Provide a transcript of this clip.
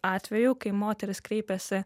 atvejų kai moteris kreipėsi